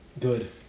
Good